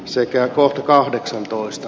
sekä klo kahdeksantoista